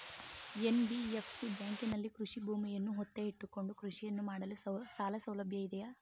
NBFC ಬ್ಯಾಂಕಿನಲ್ಲಿ ಕೃಷಿ ಭೂಮಿಯನ್ನು ಒತ್ತೆ ಇಟ್ಟುಕೊಂಡು ಕೃಷಿಯನ್ನು ಮಾಡಲು ಸಾಲಸೌಲಭ್ಯ ಇದೆಯಾ?